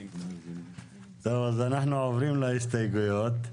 אז אנחנו עוברים להסתייגויות.